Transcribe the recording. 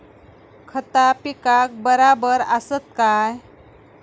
खता पिकाक बराबर आसत काय?